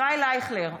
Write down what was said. ישראל אייכלר,